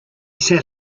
sat